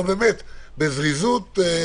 אבל בזריזות.